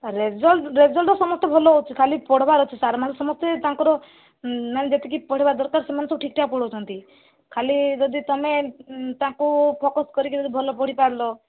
result result ସମସ୍ତେ ଭଲ ହେଉଛି ଖାଲି ପଢ଼ିବାର ଅଛି ସାର୍ ମାନେ ସମସ୍ତେ ତାଙ୍କର ନାହିଁ ଯେତିକି ପଢ଼ାଇବା ଦରକାର ସେମାନେ ସବୁ ଠି୍କଠାକ୍ ପଢ଼ାଉଛନ୍ତି ଖାଲି ଯଦି ତମେ ତାଙ୍କୁ ଫୋକସ୍ କରିକି ଯଦି ଭଲ ପଢ଼ିପାରିଲ